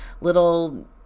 little